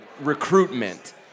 recruitment